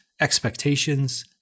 expectations